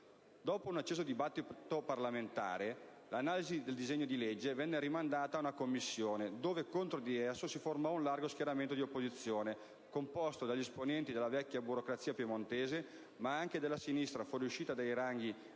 Dopo un acceso dibattito parlamentare, l'esame del disegno di legge venne rinviato ad una commissione dove, contro di esso, si formò un largo schieramento di opposizione composto dagli esponenti della vecchia burocrazia piemontese, ma anche della sinistra fuoriuscita dai ranghi